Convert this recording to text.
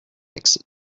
exit